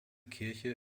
kirche